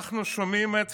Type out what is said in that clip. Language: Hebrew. אנחנו שומעים את